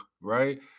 right